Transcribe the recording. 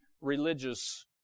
religious